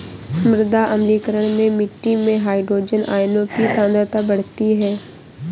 मृदा अम्लीकरण में मिट्टी में हाइड्रोजन आयनों की सांद्रता बढ़ती है